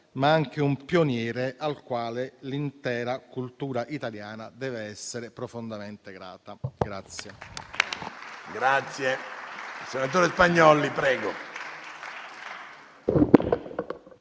ma anche un pioniere al quale l'intera cultura italiana deve essere profondamente grata.